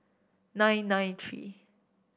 nine nine three